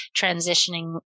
transitioning